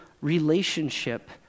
relationship